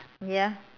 ya